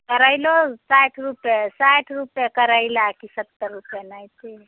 करैलो साठि रुपैए साठि रुपैए करैला कि सत्तरि रुपैए एनाहिते हइ